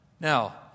Now